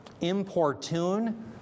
importune